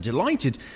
delighted